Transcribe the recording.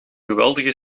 geweldige